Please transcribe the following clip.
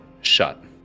shut